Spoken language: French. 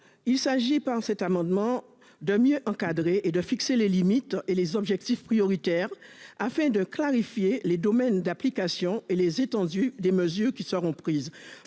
il s'agit par cet amendement de mieux encadrer et de fixer les limites et les objectifs prioritaires afin de clarifier les domaines d'application et les étendues, des mesures qui seront prises